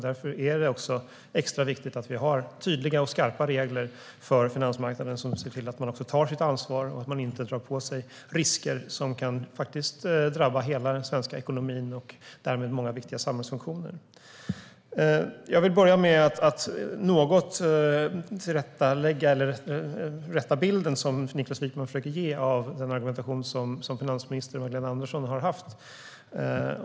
Därför är det extra viktigt att vi har tydliga och skarpa regler för finansmarknaden som ser till att man också tar sitt ansvar och att man inte drar på sig risker som faktiskt kan drabba hela den svenska ekonomin och därmed många viktiga samhällsfunktioner. Jag vill börja med att rätta bilden som Niklas Wykman försöker ge av den argumentation som finansminister Magdalena Andersson har haft.